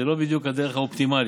זה לא בדיוק הדרך האופטימלית.